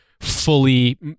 fully